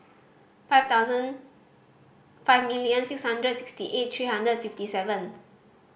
five thousand five million six hundred sixty eight three hundred fifty seven